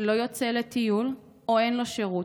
לא יוצא לטיול או אין לו שירות.